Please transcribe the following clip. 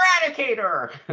eradicator